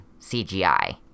CGI